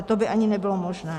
To by ani nebylo možné.